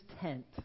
tent